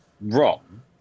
wrong